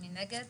מי נגד?